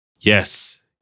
yes